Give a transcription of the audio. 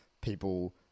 people